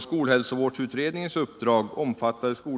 skolhälsovården.